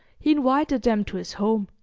he invited them to his home.